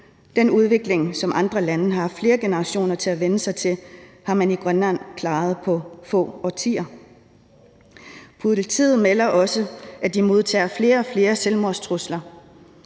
Den udvikling, som andre lande har haft flere generationer til at vænne sig til, har man i Grønland klaret på få årtier. Politiet melder også, at de modtager flere og flere selvmordstrusler.